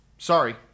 Sorry